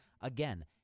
Again